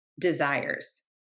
desires